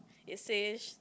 it says